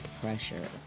pressure